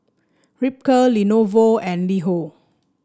Ripcurl Lenovo and LiHo